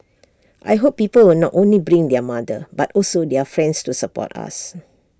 I hope people will not only bring their mother but also their friends to support us